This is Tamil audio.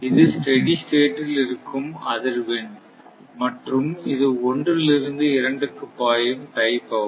இது ஸ்டெடி ஸ்டேட் இல் இருக்கும் அதிர்வெண் மற்றும் இது ஒன்றிலிருந்து இரண்டுக்கு பாயும் டை பவர்